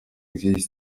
gdzieś